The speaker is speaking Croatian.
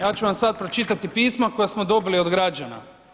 Ja ću vam sad pročitati pisma koja smo dobili od građana.